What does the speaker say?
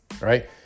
right